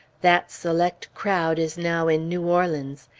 that select crowd is now in new orleans.